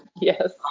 Yes